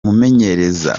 umumenyereza